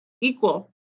equal